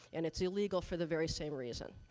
and it's illegal for the very same reason.